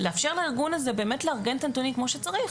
לאפשר לארגון הזה באמת לארגן את הדברים כמו שצריך